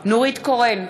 נורית קורן,